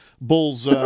Bulls